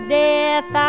death